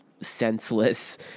senseless